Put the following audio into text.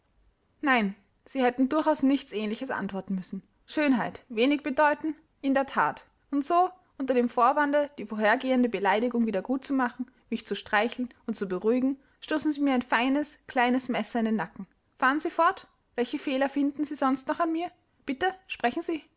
nein sie hätten durchaus nichts ähnliches antworten müssen schönheit wenig bedeuten in der that und so unter dem vorwande die vorhergehende beleidigung wieder gut zu machen mich zu streicheln und zu beruhigen stoßen sie mir ein feines kleines messer in den nacken fahren sie fort welche fehler finden sie sonst noch an mir bitte sprechen sie